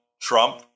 Trump